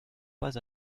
pas